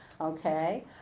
okay